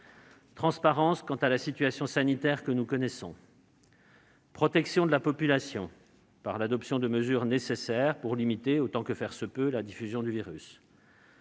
transparence quant à la situation sanitaire que nous connaissons ; protection de la population par l'adoption de mesures nécessaires pour limiter, autant que faire se peut, la diffusion du virus